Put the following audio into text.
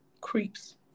creeps